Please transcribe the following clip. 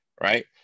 right